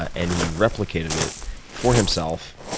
and he replicated it for himself,